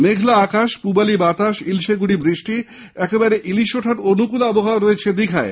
মেঘলা আকাশ পূবালি বাতাস ইলশেগুঁড়ি বৃষ্টি একেবারে ইলিশ ওঠার অনুকুল আবহাওয়া রয়েছে দিঘায়